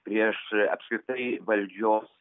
prieš apskritai valdžios